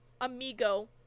Amigo